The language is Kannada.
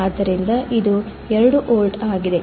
ಆದ್ದರಿಂದ ಇದು 2 ವೋಲ್ಟ್ ಆಗಿದೆ